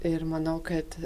ir manau kad